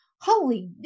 holy